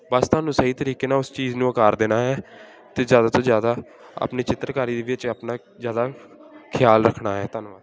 ਬਸ ਤੁਹਾਨੂੰ ਸਹੀ ਤਰੀਕੇ ਨਾਲ ਉਸ ਚੀਜ਼ ਨੂੰ ਆਕਾਰ ਦੇਣਾ ਹੈ ਅਤੇ ਜ਼ਿਆਦਾ ਤੋਂ ਜ਼ਿਆਦਾ ਆਪਣੀ ਚਿੱਤਰਕਾਰੀ ਦੇ ਵਿੱਚ ਆਪਣਾ ਜ਼ਿਆਦਾ ਖਿਆਲ ਰੱਖਣਾ ਹੈ ਧੰਨਵਾਦ